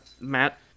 Matt